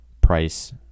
price